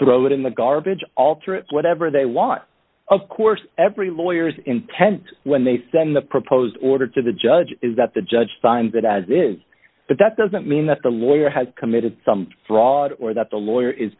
throw it in the garbage alter it whatever they want of course every lawyers intent when they send the proposed order to the judge is that the judge signed it as is but that doesn't mean that the lawyer has committed fraud or that the lawyer is